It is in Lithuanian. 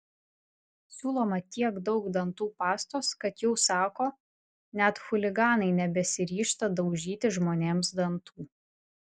siūloma tiek daug dantų pastos kad jau sako net chuliganai nebesiryžta daužyti žmonėms dantų